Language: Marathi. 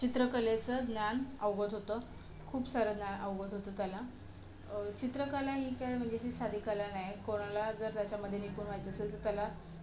चित्रकलेचं ज्ञान अवगत होतं खूप सारं ज्ञान अवगत होतं त्याला चित्रकला ही काय म्हणजे अशी साधी कला नाही कोणाला जर त्याच्यामध्ये निपुण व्हायचं असेल तर त्याला